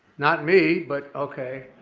not me, but okay.